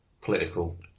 political